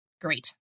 Great